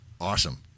Awesome